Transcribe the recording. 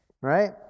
Right